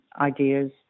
ideas